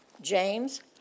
James